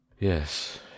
yes